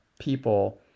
people